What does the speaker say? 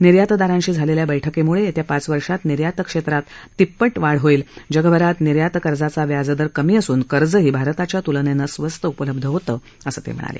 निर्यातदारांशी झालेल्या बैठकीमुळे येत्या पाच वर्षात निर्यातक्षेत्रात तिप्पट वाढ होईल जगभरात निर्यात कर्जाचा व्याज दर कमी असून कर्जही भारताच्या तुलनेनं स्वस्त उपलब्ध होतं असंही त्यांनी सांगितलं